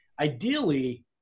ideally